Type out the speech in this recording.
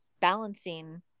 balancing